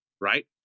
right